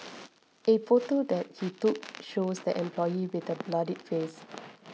a photo that he took shows the employee with a bloodied face